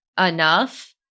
enough